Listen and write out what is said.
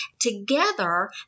together